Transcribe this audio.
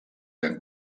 eren